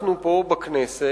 אנחנו פה בכנסת,